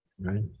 Right